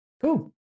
Cool